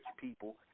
people